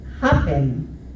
happen